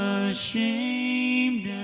ashamed